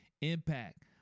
impact